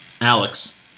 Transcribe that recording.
Alex